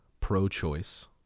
pro-choice